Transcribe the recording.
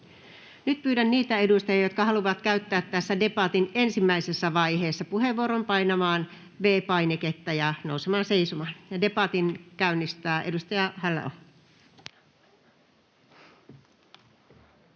Nyt pyydän niitä edustajia, jotka haluavat käyttää tässä debatin ensimmäisessä vaiheessa puheenvuoron, painamaan V-painiketta ja nousemaan seisomaan. — Ja debatin käynnistää edustaja Halla-aho.